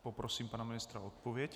Poprosím pana ministra o odpověď.